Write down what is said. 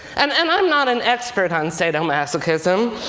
and and i'm not an expert on and sadomasochism.